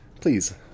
please